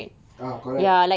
ah correct